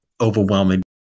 overwhelming